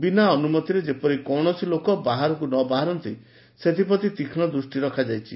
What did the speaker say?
ବିନା ଅନୁମତିରେ ଯେପରି କୌଶସି ଲୋକ ବାହାରକୁ ନବାହାରନ୍ତି ସେଥିପ୍ରତି ତୀକ୍ଷ ଦୂଷି ରଖାଯାଇଛି